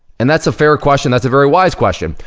and that's a fair question, that's a very wise question.